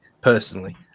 personally